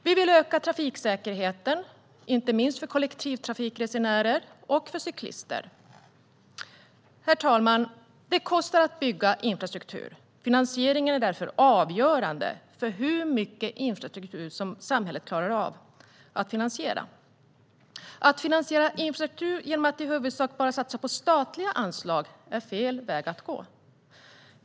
Vi vill öka trafiksäkerheten, inte minst för kollektivtrafikresenärer och cyklister. Herr talman! Det kostar att bygga infrastruktur. Finansieringen är därför avgörande för hur mycket infrastruktur samhället klarar av att bygga. Att finansiera infrastruktur genom att i huvudsak satsa på statliga anslag är fel väg att gå.